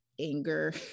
anger